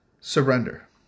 surrender